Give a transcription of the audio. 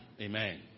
Amen